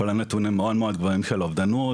כולל נתונים מאוד מאוד גבוהים של אובדנות,